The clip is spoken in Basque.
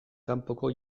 kanpoko